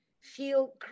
feel